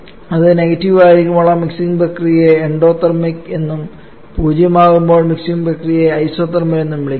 അത് നെഗറ്റീവ് ആയിരിക്കുമ്പോൾ ആ മിക്സിംഗ് പ്രക്രിയയെ എൻഡോതെർമിക് എന്നും പൂജ്യമാകുമ്പോൾ മിക്സിംഗ് പ്രക്രിയയെ ഐസോതെർമൽ എന്നും വിളിക്കുന്നു